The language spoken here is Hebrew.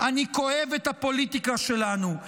"-- אני כואב את הפוליטיקה שלנו".